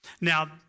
Now